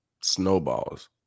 snowballs